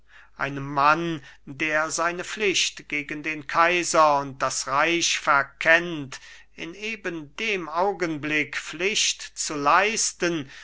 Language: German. einem mann der seine pflicht gegen den kaiser und das reich verkennt in eben dem augenblick pflicht zu leisten